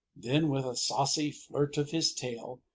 then, with a saucy flirt of his tail,